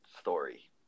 story